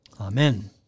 Amen